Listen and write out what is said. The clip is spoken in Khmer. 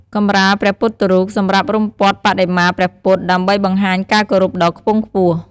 កម្រាលព្រះពុទ្ធរូប សម្រាប់រុំព័ទ្ធបដិមាព្រះពុទ្ធ ដើម្បីបង្ហាញការគោរពដ៏ខ្ពង់ខ្ពស់។